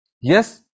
Yes